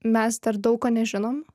mes dar daug ko nežinom